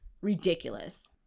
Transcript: Ridiculous